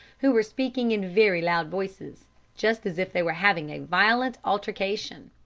who were speaking in very loud voices just as if they were having a violent altercation.